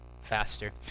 faster